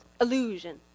illusion